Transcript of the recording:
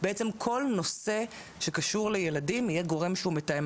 בעצם כל נושא שקשור לילדים יהיה גורם שהוא מתאם.